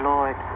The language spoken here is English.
Lord